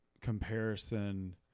comparison